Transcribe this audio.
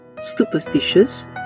superstitious